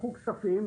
לקחו כספים,